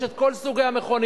יש עליו כל סוגי המכוניות: